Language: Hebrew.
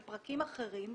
בפרקים אחרים,